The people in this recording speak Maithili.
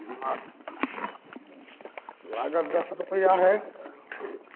बिहार हँ लागत दस रुपैआ हय ठीक